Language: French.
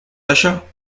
d’achat